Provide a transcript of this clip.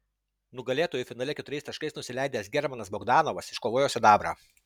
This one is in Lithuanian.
nugalėtojui finale keturiais taškais nusileidęs germanas bogdanovas iškovojo sidabrą